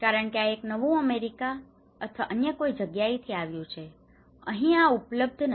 કારણ કે આ એક નવું અમેરિકા અથવા અન્ય કોઈ જગ્યાએથી આવ્યું છે આ અહીં ઉપલબ્ધ નથી